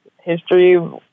History